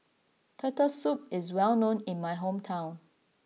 Turtle Soup is well known in my hometown